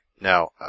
Now